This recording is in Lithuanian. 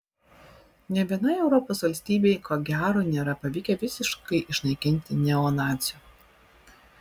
nė vienai europos valstybei ko gero nėra pavykę visiškai išnaikinti neonacių